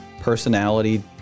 personality